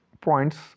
points